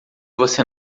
você